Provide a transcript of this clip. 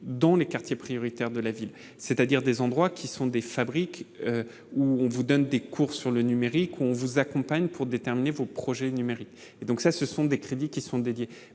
dans les quartiers prioritaires de la ville, c'est-à-dire des endroits qui sont des fabriques où on vous donne des cours sur le numérique, on vous accompagne pour déterminer vos projets numériques et donc ça, ce sont des crédits qui sont dédiés